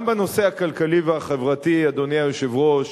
גם בנושא הכלכלי והחברתי, אדוני היושב-ראש,